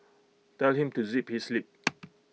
tell him to zip his lip